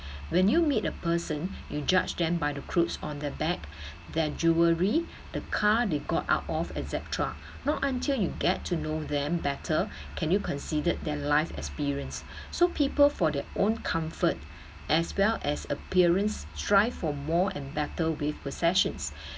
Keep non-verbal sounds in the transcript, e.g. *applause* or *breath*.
when you meet a person you judge them by the clothes on their back their jewelry the car they got out of et cetera not until you get to know them better *breath* can you consider their life experience so people for their own comfort as well as appearance strive for more and better with processions *breath*